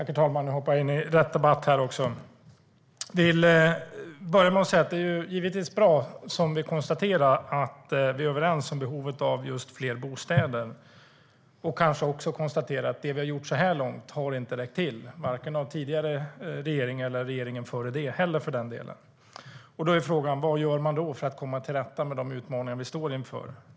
Herr talman! Nu hoppar jag in i rätt debatt. Jag vill börja med att säga att det givetvis är bra, som vi konstaterar, att vi är överens om behovet av just fler bostäder. Jag vill kanske också konstatera att det vi har gjort så här långt inte har räckt till, varken när det gäller vad den tidigare regeringen gjorde eller för den delen vad regeringen före den gjorde. Frågan är: Vad gör man då för att komma till rätta med de utmaningar vi står inför?